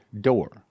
door